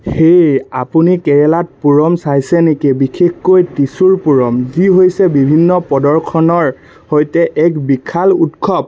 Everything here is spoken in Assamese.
হেই আপুনি কেৰেলাত পুৰম চাইছে নেকি বিশেষকৈ ত্ৰিচুৰ পুৰম যি হৈছে বিভিন্ন প্ৰদৰ্শনৰ সৈতে এক বিশাল উৎসৱ